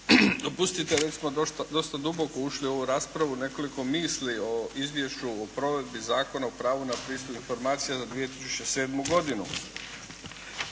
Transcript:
Dopustite već smo dosta duboko ušli u ovu raspravu, nekoliko misli o Izvješću o provedbi Zakona o pravu na pristup informacijama za 2007. godinu.